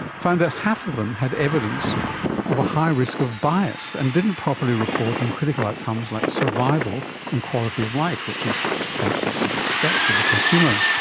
found that half of them had evidence of a high risk of bias and didn't properly report on critical outcomes like survival and quality of life, which is perhaps what you'd expect as a consumer.